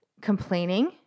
complaining